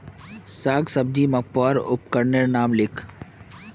साग सब्जी मपवार उपकरनेर नाम लिख?